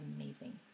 amazing